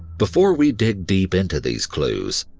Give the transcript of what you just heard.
before we dig deep into these clues,